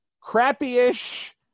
crappy-ish